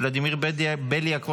ולדימיר בליאק,